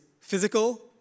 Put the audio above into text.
physical